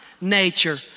nature